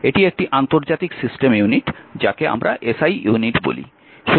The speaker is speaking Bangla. এটি একটি আন্তর্জাতিক সিস্টেম ইউনিট যাকে আমরা SI ইউনিট বলি